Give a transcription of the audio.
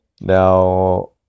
Now